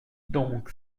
donc